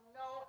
no